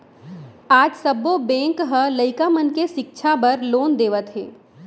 आज सब्बो बेंक ह लइका मन के सिक्छा बर लोन देवत हे